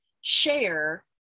share